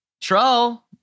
troll